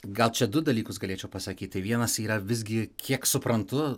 gal čia du dalykus galėčiau pasakyt tai vienas yra visgi kiek suprantu